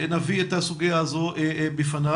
נביא את הסוגיה הזו בפניו.